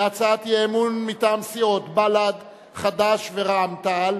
להצעת אי-האמון מטעם סיעות בל"ד, חד"ש ורע"ם-תע"ל,